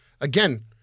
again